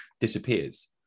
disappears